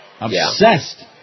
Obsessed